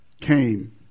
came